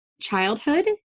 childhood